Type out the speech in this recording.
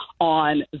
on